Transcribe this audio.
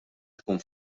tkun